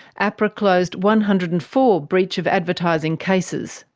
ahpra closed one hundred and four breach of advertising cases,